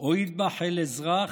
או "אטבח אל-אזרח",